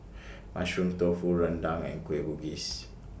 Mushroom Tofu Rendang and Kueh Bugis